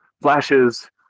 flashes